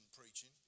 preaching